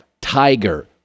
Tiger